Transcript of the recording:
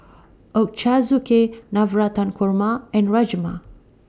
Ochazuke Navratan Korma and Rajma